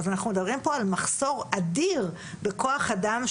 אנחנו מדברים פה על מחסור אדיר בכוח אדם,